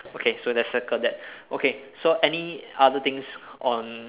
okay so let's circle that okay so any other things on